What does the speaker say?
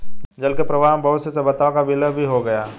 जल के प्रवाह में बहुत सी सभ्यताओं का विलय भी हो गया